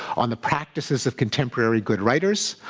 on the practises of contemporary good writers,